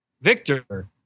Victor